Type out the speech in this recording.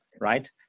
right